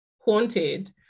haunted